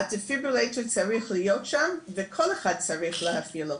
הדפיברילטור צריך להיות שם וכל אחד צריך להפעיל אותו.